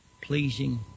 pleasing